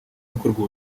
hakorwa